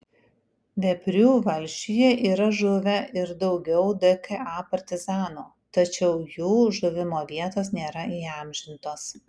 veprių valsčiuje yra žuvę ir daugiau dka partizanų tačiau jų žuvimo vietos nėra įamžintos